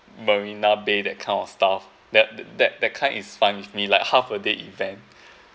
marina bay that kind of stuff that that that kind is fine with me like half a day event